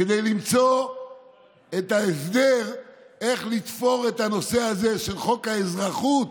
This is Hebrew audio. כדי למצוא את ההסדר איך לתפור את הנושא הזה של חוק האזרחות